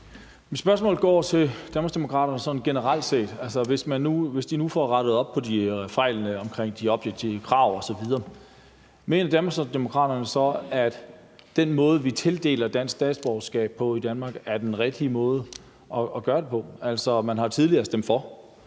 Mit spørgsmål går på Danmarksdemokraterne generelt set. Hvis de nu får rettet op på de fejl, der er omkring de objektive krav osv., mener Danmarksdemokraterne så, at den måde, vi tildeler dansk statsborgerskab på i Danmark, er den rigtige måde at gøre det på? Altså, man har tidligere stemt for.